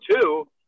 two